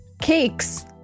Cakes